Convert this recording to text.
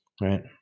right